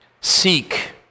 Seek